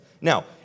Now